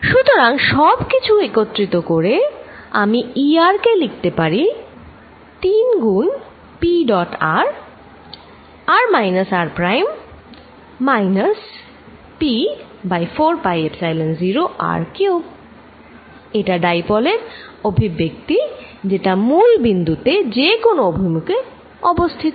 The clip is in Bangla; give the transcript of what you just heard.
সুতরাং সবকিছু একত্রিত করে আমি E r কে লিখতে পারি 3গুন p dot r r minus r prime minus p by 4 pi epsilon 0 r cubed এটা ডাইপোলের অভিব্যক্তি যেটা মুলবিন্দুতে যেকোনো অভিমুখে অবস্থিত